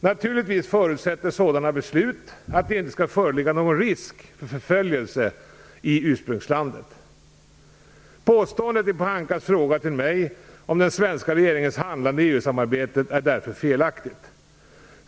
Naturligtvis förutsätter sådana beslut att det inte skall föreligga någon risk för förföljelse i ursprungslandet. Påståendet i Pohankas fråga till mig om den svenska regeringens handlande i EU-samarbetet är därför felaktigt.